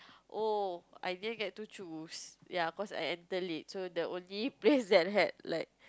oh I didn't get to choose ya cause I enter late so the only place that had like